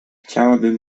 chciałabym